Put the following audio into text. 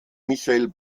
michael